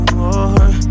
more